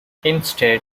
instead